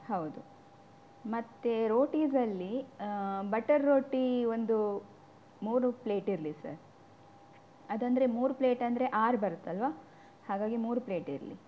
ಹೌದು ಮತ್ತು ರೋಟೀಸಲ್ಲಿ ಬಟರ್ ರೋಟಿ ಒಂದು ಮೂರು ಪ್ಲೇಟ್ ಇರಲಿ ಸರ್ ಅದಂದರೆ ಮೂರು ಪ್ಲೇಟ್ ಅಂದರೆ ಆರು ಬರುತ್ತಲ್ಲವಾ ಹಾಗಾಗಿ ಮೂರು ಪ್ಲೇಟ್ ಇರಲಿ